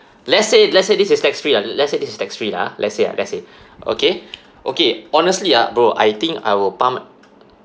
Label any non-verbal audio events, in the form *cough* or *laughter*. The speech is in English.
let's say let's say this is tax free ah let's say this is tax free lah ah let's say ah let's say *breath* okay okay honestly ah bro I think I will pump